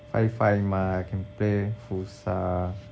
five five mah can play futsal